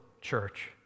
church